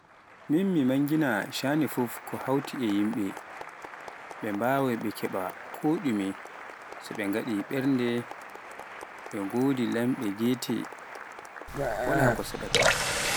Min mi maangina ko shaani fuf ko hawti yimɓe, mɓe mbaawai ɓe keɓa ko ɗumee so ne ɓe ngaɗi ɓernɗe ɓe goonde lamɓe geete, waala ko saɗɗaata.